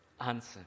answer